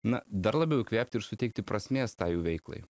na dar labiau įkvėpti ir suteikti prasmės tai jų veiklai